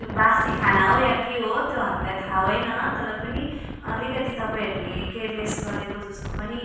त्यो बासी खाना हो या के हो त्यो हामीलाई थाह भएन तर पनि अलिकति तपाईँहरूले केयरलेस गरेको जस्तो पनि